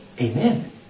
Amen